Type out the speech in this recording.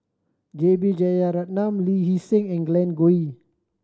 J B Jeyaretnam Lee Hee Seng and Glen Goei